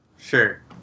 Sure